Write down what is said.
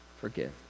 forgive